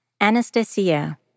Anastasia